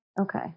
Okay